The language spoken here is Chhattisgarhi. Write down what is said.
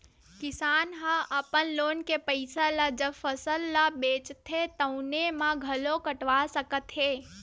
किसान ह अपन लोन के पइसा ल जब फसल ल बेचथे तउने म घलो कटवा सकत हे